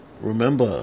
Remember